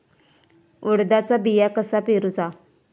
उडदाचा बिया कसा पेरूचा?